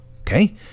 Okay